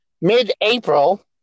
mid-April